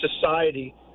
society